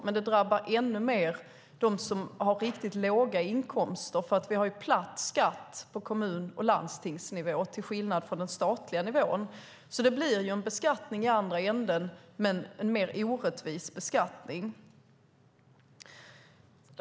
Men det drabbar dem som har riktigt låga inkomster ännu mer eftersom vi har platt skatt på kommun och landstingsnivå till skillnad från hur det är på den statliga nivån. Det blir därför en beskattning i andra ändan, men en mer orättvis beskattning.